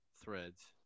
threads